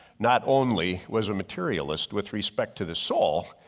not only was a materialist with respect to the soul,